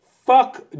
Fuck